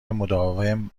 مداوم